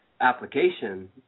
application